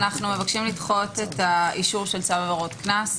מבקשים לדחות את האישור של צו עבירות קנס.